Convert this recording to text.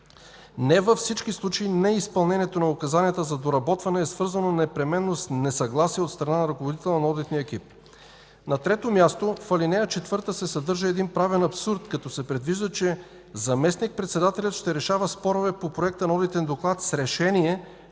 Не във всички случаи неизпълнението на указанията за доработване е свързано непременно с несъгласие от страна на ръководителя на одитния екип. На трето място, в ал. 4 се съдържа един правен абсурд, като се предвижда, че заместник-председателят ще решава спорове по проекта на одитен доклад с решение,